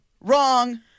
Wrong